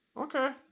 Okay